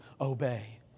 obey